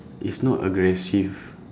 it's not aggressive